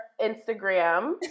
Instagram